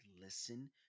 listen